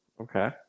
Okay